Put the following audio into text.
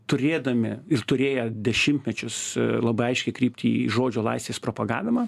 turėdami ir turėję dešimtmečius ir labai aiškią kryptį į žodžio laisvės propagavimą